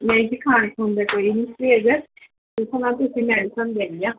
ਨਹੀਂ ਜੀ ਖਾਣ ਖੁਣ ਦਾ ਕੋਈ ਨਹੀਂ ਪਰਹੇਜ਼ ਤੁਸੀਂ ਮੈਡੀਸੀਨ ਦੇਣੀ ਆ